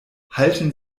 halten